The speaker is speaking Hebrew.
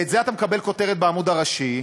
על זה אתה מקבל כותרת בעמוד הראשי,